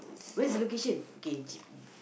where's the location okay G_P